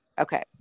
Okay